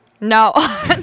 No